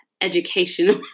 Educational